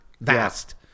Vast